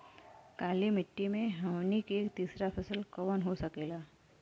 काली मिट्टी में हमनी के तीसरा फसल कवन हो सकेला?